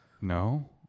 No